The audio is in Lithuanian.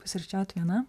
pusryčiaut viena